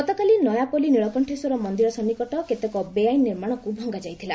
ଗତକାଲି ନୟାପଲ୍କୀ ନୀଳକଣେଶ୍ୱର ମନ୍ଦିର ସନ୍ଦିକଟ କେତେକ ବେଆଇନ୍ ନିର୍ମାଣକୁ ଭଙ୍ଗାଯାଇଥିଲା